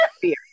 fear